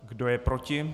Kdo je proti?